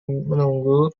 menunggu